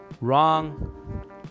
Wrong